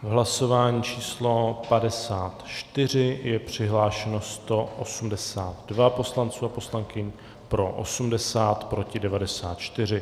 V hlasování číslo 54 je přihlášeno 182 poslanců a poslankyň, pro 80, proti 94.